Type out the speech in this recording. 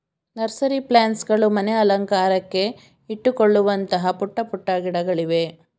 nursery plants ಗಳು ಮನೆ ಅಲಂಕಾರಕ್ಕೆ ಇಟ್ಟುಕೊಳ್ಳುವಂತಹ ಪುಟ್ಟ ಪುಟ್ಟ ಗಿಡಗಳಿವೆ